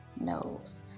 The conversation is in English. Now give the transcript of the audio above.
knows